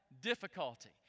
difficulty